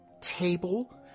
table